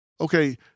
Okay